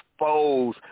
expose